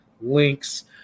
links